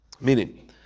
meaning